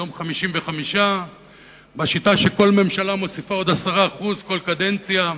היום 55 בשיטה שכל ממשלה מוסיפה עוד 10% כל קדנציה,